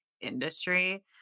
industry